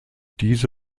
diese